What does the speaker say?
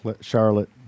Charlotte